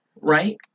right